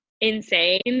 insane